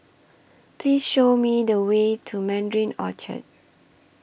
Please Show Me The Way to Mandarin Orchard